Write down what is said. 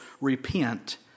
repent